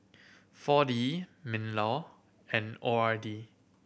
Four D MinLaw and O R D